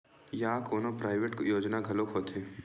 का कोनो प्राइवेट योजना घलोक होथे?